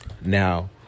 Now